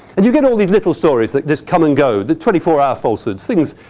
and you get all these little stories that just come and go the twenty four hour falsehoods. things.